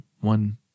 one